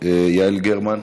יעל גרמן,